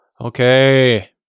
Okay